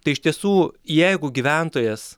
tai iš tiesų jeigu gyventojas